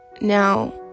now